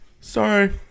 Sorry